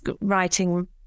writing